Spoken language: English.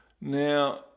now